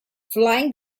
flying